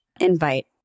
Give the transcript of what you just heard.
invite